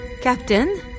Captain